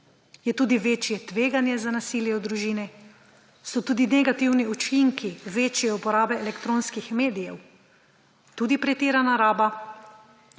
je tudi večje tveganje za nasilje v družini, so tudi negativni učinki večje uporabe elektronskih medijev. Tudi pretirana raba